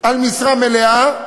על משרה מלאה,